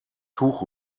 tuch